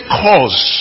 cause